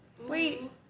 Wait